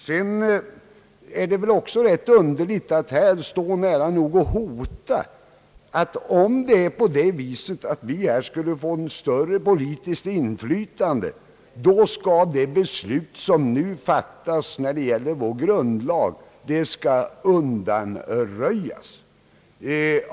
Sedan är det ju rätt underligt att här nära nog hota med att om man skulle få ett större politiskt inflytande, då kommer det grundlagsbeslut som nu fattats att bli undanröjt.